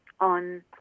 on